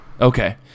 Okay